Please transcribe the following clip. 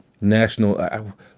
national